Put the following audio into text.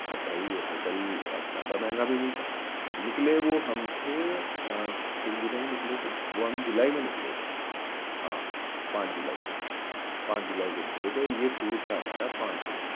اب بھائی ہوٹل اب زیادہ مہنگا بھی نہیں تھا نکلے وہ ہم تھے آ کن دنوں میں نکلے تھے وہ ہم جولائی میں نکلے تھے ہاں پانچ جولائی کو پانچ جولائی کو نکلے تھے یہ ٹور تھا ہمارا پانچ دِن کا